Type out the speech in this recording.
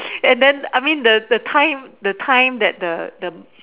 and then I mean the the time the time that the the